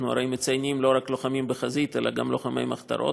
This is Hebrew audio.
אנחנו הרי מציינים לא רק לוחמים בחזית אלא גם לוחמי מחתרות,